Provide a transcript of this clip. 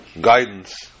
guidance